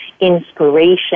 inspiration